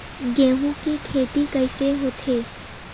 गेहूं के खेती कइसे होथे?